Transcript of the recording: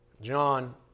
John